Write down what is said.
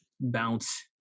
bounce